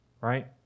right